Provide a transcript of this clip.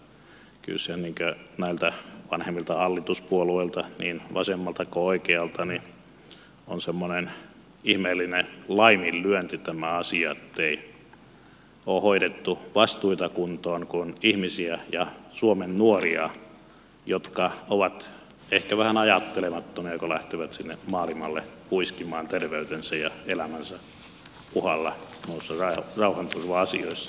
kyllä tämä asia näiltä vanhemmilta hallituspuolueilta niin vasemmalta kuin oikealta on semmoinen ihmeellinen laiminlyönti ettei ole hoidettu vastuita kuntoon kun ihmisiä ja suomen nuoria jotka ovat ehkä vähän ajattelemattomia lähtee sinne maailmalle huiskimaan terveytensä ja elämänsä uhalla noissa rauhanturva asioissa